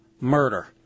Murder